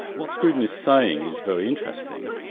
what scruton is saying is very interesting,